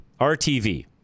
RTV